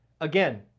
Again